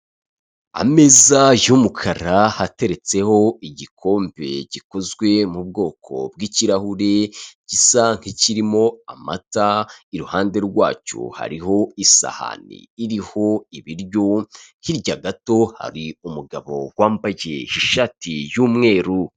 Ameza y'umukara ateretseho igikombe gikozwe mu bwoko bw'ikirahure gisa nk'ikirimo amata, iruhande rwacyo hariho isahani iriho ibiryo, hirya gato hari umugabo wambaye ishati y'umweru.